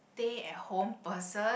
stay at home person